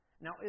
Now